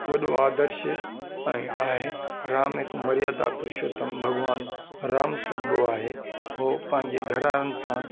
वॾो आदर्शआ आहे राम हिकु मर्यादा पुर्षोत्तम भॻवानु राम सॾबो आहे हो पंहिंजे घर वारनि सां